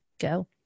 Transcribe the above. go